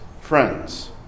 friends